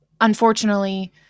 Unfortunately